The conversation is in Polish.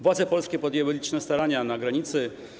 Władze polskie podjęły liczne starania na granicy.